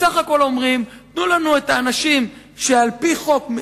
בסך הכול אומרים: תנו לנו את האנשים שעל-פי חוק,